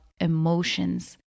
emotions